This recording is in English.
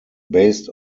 based